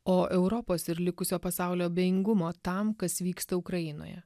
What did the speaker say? o europos ir likusio pasaulio abejingumo tam kas vyksta ukrainoje